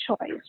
choice